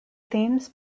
themes